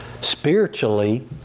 spiritually